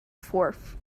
fourth